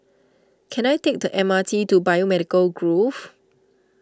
can I take the M R T to Biomedical Grove